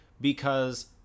because-